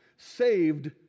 Saved